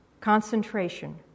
concentration